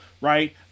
Right